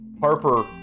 Harper